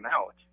out